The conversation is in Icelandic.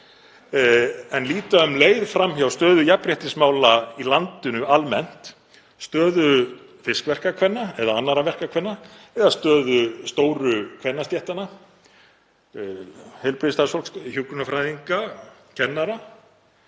líta um leið fram hjá stöðu jafnréttismála í landinu almennt, stöðu fiskverkakvenna eða annarra verkakvenna eða stöðu stóru kvennastéttanna, heilbrigðisstarfsfólks, hjúkrunarfræðinga, kennara.